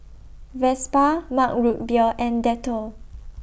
Vespa Mug Root Beer and Dettol